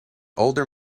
older